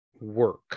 work